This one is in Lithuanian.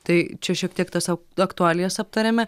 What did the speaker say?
tai čia šiek tiek tas ak aktualijas aptarėme